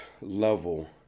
level